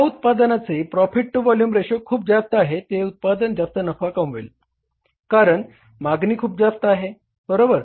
ज्या उत्पादनाचे profit to volume ratio खूप जास्त आहे ते उत्पादन जास्त नफा कमवेल कारण मागणी खूप जास्त आहे बरोबर